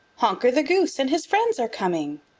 honker the goose and his friends are coming.